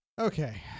Okay